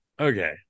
Okay